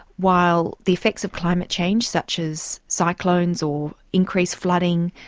while the effects of climate change, such as cyclones or increased flooding,